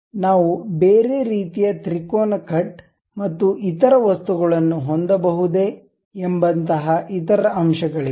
ನಾವು ಬೇರೆ ರೀತಿಯ ತ್ರಿಕೋನ ಕಟ್ ಮತ್ತು ಇತರ ವಸ್ತುಗಳನ್ನು ಹೊಂದಬಹುದೇ ಎಂಬಂತಹ ಇತರ ಅಂಶಗಳಿವೆ